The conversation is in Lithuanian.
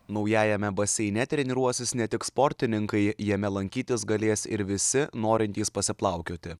naujajame baseine treniruosis ne tik sportininkai jame lankytis galės ir visi norintys pasiplaukioti